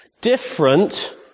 different